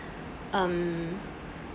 um